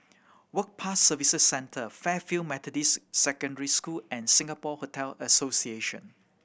Work Pass Services Centre Fairfield Methodist Secondary School and Singapore Hotel Association